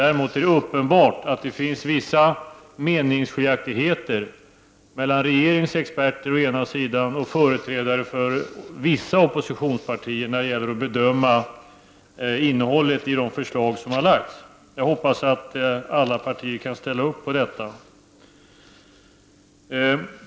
Däremot är det uppenbart att det finns vissa meningsskiljaktigheter mellan regeringens experter och företrädare för vissa oppositionspartier när det gäller att bedöma innehållet i de förslag som har lagts fram. Jag hoppas att alla partier kan ställa upp på detta.